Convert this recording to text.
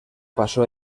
pasó